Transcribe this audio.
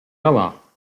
galā